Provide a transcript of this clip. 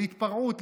להתפרעות,